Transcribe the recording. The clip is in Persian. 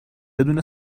بدون